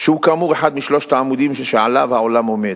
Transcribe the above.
שהוא כאמור אחד משלושת העמודים שעליו העולם עומד,